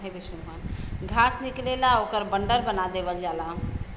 घास निकलेला ओकर बंडल बना देवल जाला